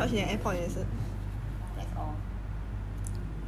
that's all as in